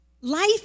life